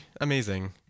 amazing